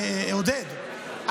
עודד,